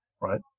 right